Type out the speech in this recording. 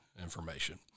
information